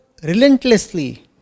Relentlessly